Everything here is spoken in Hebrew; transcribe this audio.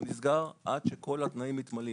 נסגר עד שכול התנאים מתמלאים.